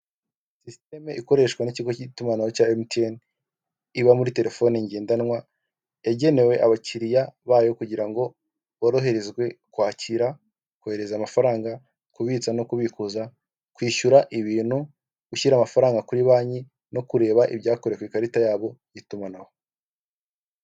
Sisiteme ikoreshwa n'ikigo cy'itumanaho cya emutiyene iba muri terefone ngendanwa yagenewe abakiriya bayo, kugira ngo boroherezwe kwakira kohereza amafaranga kubitsa no kubikuza, kwishyura ibintu gushyira amafaranga kuri banki no kureba ibyakorewe ku ikarita yabo y'itumanaho.